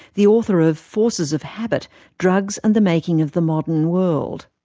the author of forces of habit drugs and the making of the modern world.